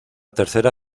tercera